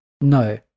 No